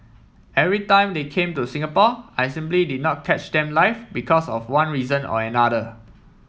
every time they came to Singapore I simply did not catch them live because of one reason or another